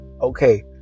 Okay